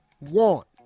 want